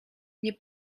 nie